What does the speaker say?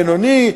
בינוני,